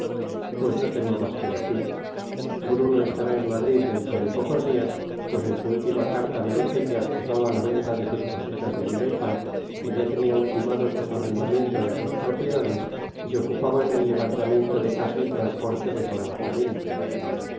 pues no tengo más que decir bruno estará en madrid dentro de pocos días pues en su última carta me dice que activaba la venta de sus cosechas de vino y pan que ya tenía ultimados los arrendamientos de sus propiedades y se ocupaba en el levantamiento de casa y transporte de toda la familia